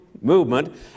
movement